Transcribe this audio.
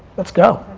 let's go.